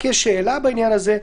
כאן יש שאלה בעניין הזה.